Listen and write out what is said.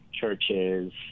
churches